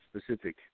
specific